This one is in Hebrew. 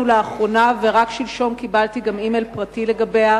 באחרונה ורק שלשום קיבלתי אימייל פרטי לגביה,